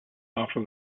after